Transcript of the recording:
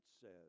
says